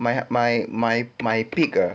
my my my my peak ah